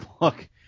Look